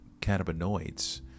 cannabinoids